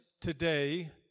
today